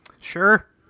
Sure